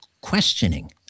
questioning